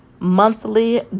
monthly